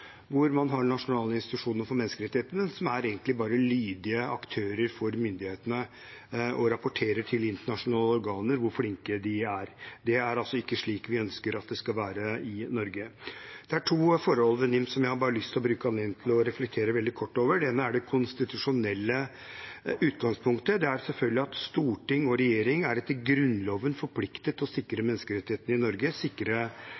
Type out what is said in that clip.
hvor man har nasjonale institusjoner for menneskerettigheter som egentlig bare er lydige aktører for myndighetene og rapporterer til internasjonale organer om hvor flinke de er. Det er ikke slik vi ønsker at det skal være i Norge. Det er to forhold ved NIM som jeg har lyst til å bruke anledningen til å reflektere veldig kort over. Det ene er det konstitusjonelle utgangspunktet, det at storting og regjering etter Grunnloven er forpliktet til å sikre menneskerettighetene i Norge, sikre